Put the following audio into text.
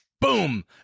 Boom